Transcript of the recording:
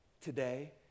today